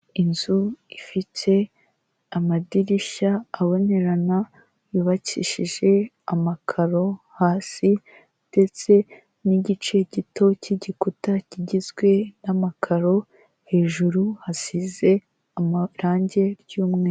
Inzu ifite amadirishya abonerana, yubakishije amakaro hasi, ndetse n'igice gito cy'igikuta kigizwe n'amakaro, hejuru hasize amarangi y'umweru.